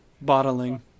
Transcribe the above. Bottling